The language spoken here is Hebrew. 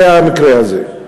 זה המקרה הזה.